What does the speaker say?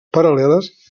paral·leles